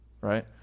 Right